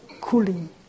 cooling